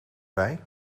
bij